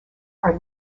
are